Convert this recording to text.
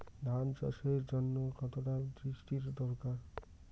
ধান চাষের জন্য কতটা বৃষ্টির দরকার?